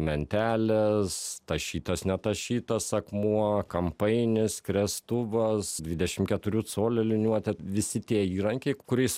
mentelės tašytas netašytas akmuo kampainis skriestuvas dvidešim keturių colių liniuotė visi tie įrankiai kuriais